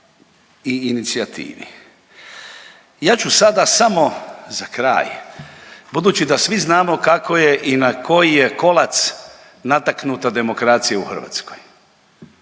i inicijativi. Ja ću sada samo za kraj, budući da svi znamo kako je i na koji je kolac nataknuta demokracija u Hrvatskoj,